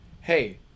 hey